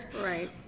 Right